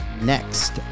next